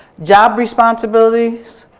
job responsibilities,